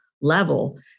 level